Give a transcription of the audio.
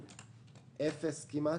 בין אפס כמעט,